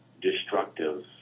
destructive